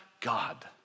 God